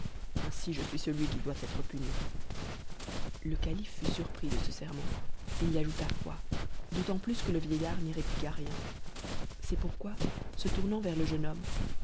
ainsi je suis celui qui doit être puni le calife fut surpris de ce serment et y ajouta foi d'autant plus que le vieillard n'y répliqua rien c'est pourquoi se tournant vers le jeune homme